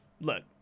look